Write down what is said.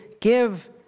give